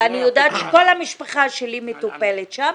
אני יודעת שכל המשפחה שלי מטופלת שם,